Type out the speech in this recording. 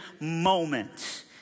moment